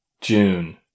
June